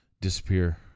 disappear